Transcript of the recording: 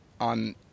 on